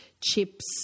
chips